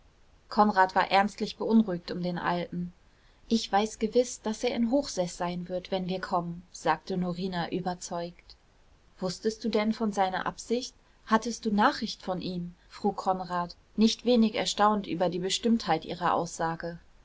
konrad war ernstlich beunruhigt um den alten ich weiß gewiß daß er in hochseß sein wird wenn wir kommen sagte norina überzeugt wußtest du denn von seiner absicht hattest du nachricht von ihm frug konrad nicht wenig erstaunt über die bestimmtheit ihrer aussage